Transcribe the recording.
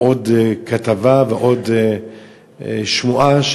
עוד כתבה ועוד שמועה,